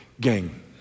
Gang